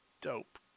dope